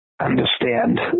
understand